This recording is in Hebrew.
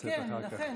לתמצת אחר כך.